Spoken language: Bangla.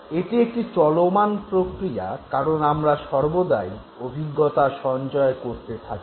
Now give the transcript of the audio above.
এটি একটি চলমান প্রক্রিয়া কারন আমরা সর্বদাই অভিজ্ঞতা সঞ্চয় করতে থাকি